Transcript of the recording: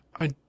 I